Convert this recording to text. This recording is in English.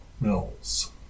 Mills